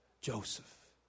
Joseph